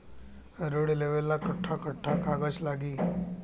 ऋण लेवेला कट्ठा कट्ठा कागज लागी?